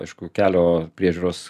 aišku kelio priežiūros